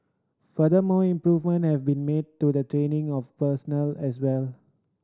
further more improvement have been made to the training of personnel as well